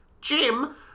Jim